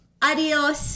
Adiós